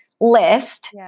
list